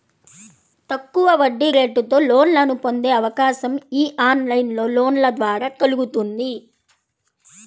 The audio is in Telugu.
తక్కువ వడ్డీరేటుతో లోన్లను పొందే అవకాశం యీ ఆన్లైన్ లోన్ల ద్వారా కల్గుతుంది